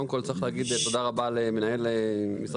קודם כל צריך להגיד תודה רבה למנהל משרד